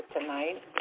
tonight